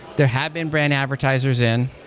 there have been brand advertisers in.